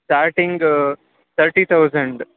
starting thirty thousand